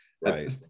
Right